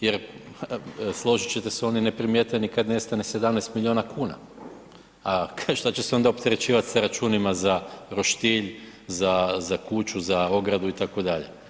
Jer složit ćete se oni ne primijete ni kad nestane 17 miliona kuna, a šta će se onda opterećivat sa računima za roštilj, za kuću, za ogradu itd.